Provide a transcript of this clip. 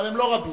אבל הם לא רבים.